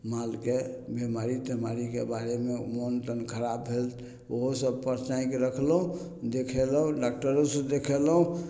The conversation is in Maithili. मालके बेमारी तेमारीके बारेमे मोन तोन खराब भेल ओहो सबपर चाँकि राखलहुँ देखेलहुँ डाकटरोसे देखेलहुँ